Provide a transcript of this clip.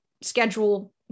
schedule